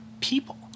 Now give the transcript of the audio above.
people